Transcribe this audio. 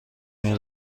این